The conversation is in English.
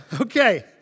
okay